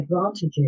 advantages